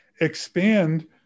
expand